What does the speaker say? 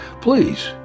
please